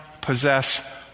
possess